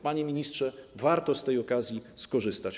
Panie ministrze, warto z tej okazji skorzystać.